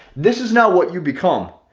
this is not what you become.